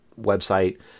website